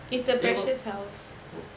eh what what